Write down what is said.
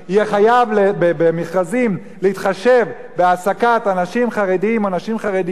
יהיה חייב במכרזים להתחשב בהעסקת אנשים חרדים ונשים חרדיות,